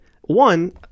One